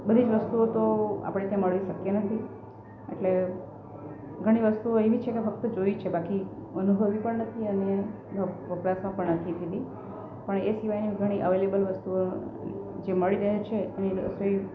બધી જ વસ્તુઓ તો આપડે ત્યાં મળવી શક્ય નથી એટલે ઘણી વસ્તુઓ એવી છે કે ફક્ત જોઈ છે બાકી અનુભવી પણ નથી અને વપરાશમાં પણ નથી લીધી પણ એ સિવાયની ઘણી અવેલેબલ વસ્તુઓ જે મળી રહે છે એની રસોઈ